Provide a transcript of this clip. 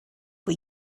for